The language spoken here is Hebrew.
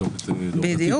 בדיוק.